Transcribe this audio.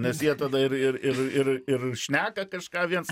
nes jie tada ir ir ir ir ir šneka kažką viens